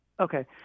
Okay